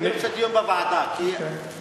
אני רוצה דיון בוועדה, כן.